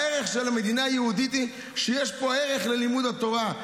הערך של מדינה יהודית הוא שיש פה ערך ללימוד התורה.